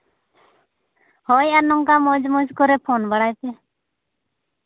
ᱦᱳᱭ ᱟᱨ ᱱᱚᱝᱠᱟ ᱢᱚᱡᱽ ᱢᱚᱡᱽ ᱠᱚᱨᱮ ᱯᱷᱳᱱ ᱵᱟᱲᱟᱭ ᱯᱮ